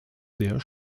sehr